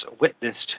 witnessed